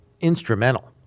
instrumental